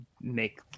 make